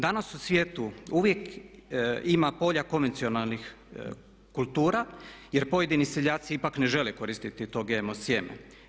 Danas u svijetu uvijek ima polja konvencionalnih kultura jer pojedini seljaci ipak ne žele koristiti to GMO sjeme.